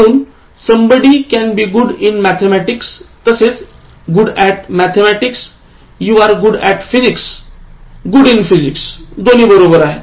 म्हणून somebody can be good in Mathematics तसेच good at Mathematicsyou are good at Physics good in Physicsदोन्ही बरोबर आहेत